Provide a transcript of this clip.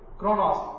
chronos